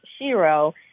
shiro